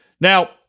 Now